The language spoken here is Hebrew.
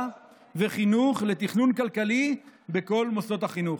וחינוך לתכנון כלכלי בכל מוסדות החינוך.